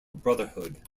brotherhood